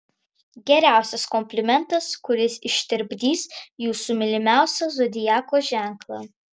geriausias komplimentas kuris ištirpdys jūsų mylimiausią zodiako ženklą